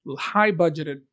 high-budgeted